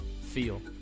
feel